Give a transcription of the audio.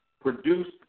produced